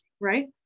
right